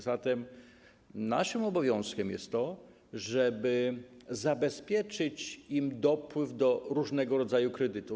Zatem naszym obowiązkiem jest to, żeby zabezpieczyć im dostęp do różnego rodzaju kredytów.